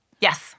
Yes